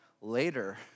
later